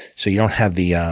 so you don't have the yeah